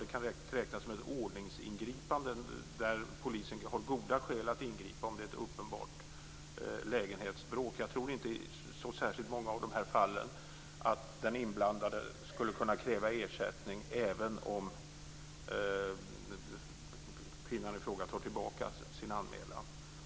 Det kan räknas som ordningsingripande där polisen har goda skäl att ingripa om det är ett uppenbart lägenhetsbråk. Jag tror inte att den inblandade i så särskilt många fall skulle kunna kräva ersättning, även om kvinnan i fråga tar tillbaka sin anmälan.